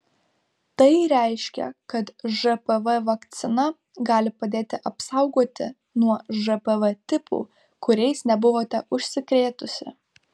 tai reiškia kad žpv vakcina gali padėti apsaugoti nuo žpv tipų kuriais nebuvote užsikrėtusi